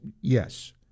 Yes